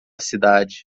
cidade